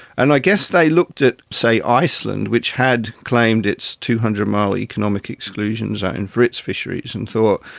and i guess they looked at, say, iceland which had claimed its two hundred mile economic exclusion zone and for its fisheries and thought,